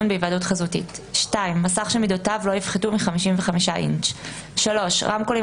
בהיוועדות חזותית; מסך שמידותיו לא יפחתו מ-55 אינץ'; רמקולים